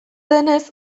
denez